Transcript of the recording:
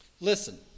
Listen